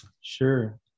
Sure